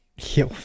yo